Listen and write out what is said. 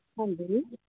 ਹਾਂਜੀ